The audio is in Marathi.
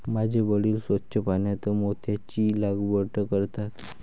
माझे वडील स्वच्छ पाण्यात मोत्यांची लागवड करतात